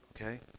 Okay